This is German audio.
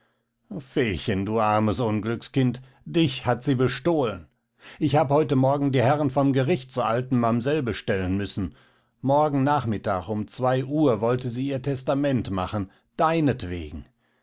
feechen du armes unglückskind dich hat sie bestohlen ich hab heute morgen die herren vom gericht zur alten mamsell bestellen müssen morgen nachmittag um zwei uhr wollte sie ihr testament machen deinetwegen